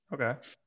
Okay